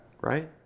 right